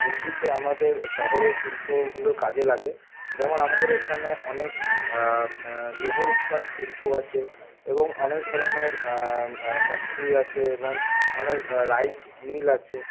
বৃদ্ধিতে আমাদের শহরের শিল্পগুলো কাজে লাগে যেমন আমাদের এখানে অনেক লৌহ ইস্পাত শিল্প আছে এবং অনেক ধরণের ফ্যাক্টরি আছে এবং অনেক রাইস মিল আছে